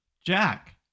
Jack